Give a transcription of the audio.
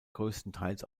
größtenteils